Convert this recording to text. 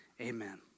Amen